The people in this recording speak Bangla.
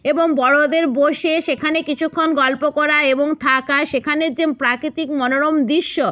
এবং বড়োদের বসে সেখানে কিছুখণ গল্প করা এবং থাকা সেখানের যে প্রাকৃতিক মনোরম দৃশ্য